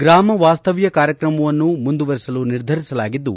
ಗ್ರಾಮವಾಸ್ತವ್ನ ಕಾರ್ಯಕ್ರಮವನ್ನು ಮುಂದುವರೆಸಲು ನಿರ್ಧರಿಸಿದ್ದು